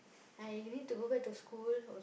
I need to go back to school al~